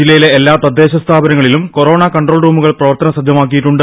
ജില്ലയിലെ എല്ലാ തദ്ദേശ സ്ഥാപനങ്ങളിലും കൊറോണ കൺട്രോൾ റൂമുകൾ പ്രവർത്തന സജ്ജമായിട്ടുണ്ട്